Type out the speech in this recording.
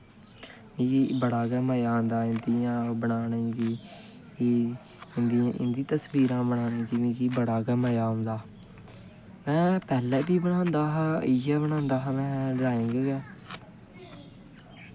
मिगी बड़ा गै मजा आंदा बनाने गी इं'दी तस्बीरां बनाने गी मिगी बड़ा गै मजा आंदा में पैह्लैं बी बनांदा हा इ'यै बनांदा हा ड्राईंग गै